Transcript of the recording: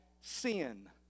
sin